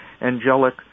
angelic